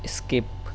skip